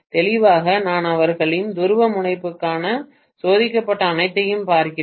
தெளிவாக நான் அவர்களின் துருவமுனைப்புக்காக சோதிக்கப்பட்ட அனைத்தையும் பார்க்கிறேன்